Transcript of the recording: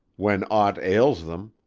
when aught ails them.